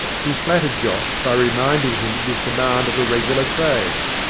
he flattered josh by reminding him of his command of a regular trade.